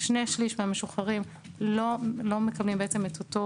שני שליש מהמשוחררים לא מקבלים בעצם את אותו